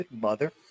mother